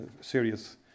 serious